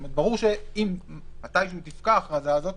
ברור שאם תפקע ההכרזה הזאת,